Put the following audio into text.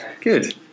Good